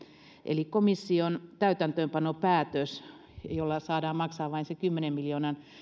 eli komission täytäntöönpanopäätös jonka mukaan saadaan maksaa vain ne kymmenen miljoonan